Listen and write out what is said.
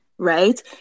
right